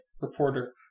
reporter